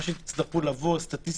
מתי שתצטרכו לבוא ולראות סטטיסטיקות,